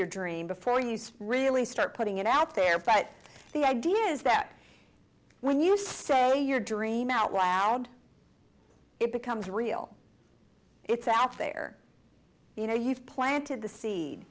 your dream before you spout really start putting it out there but the idea is that when you say your dream out loud it becomes real it's out there you know you've planted the seed